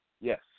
Yes